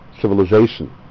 civilization